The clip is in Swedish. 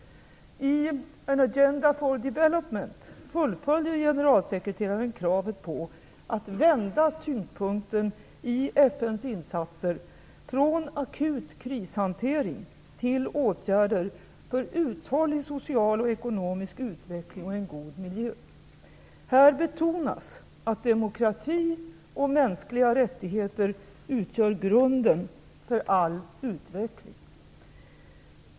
I An Agenda for Development fullföljer generalsekreteraren kravet på att vända tyngdpunkten i FN:s insatser från akut krishantering till åtgärder för uthållig social och ekonomisk utveckling och en god miljö. Här betonas, att demokrati och mänskliga rättigheter utgör grunden för all utveckling.